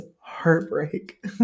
heartbreak